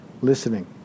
listening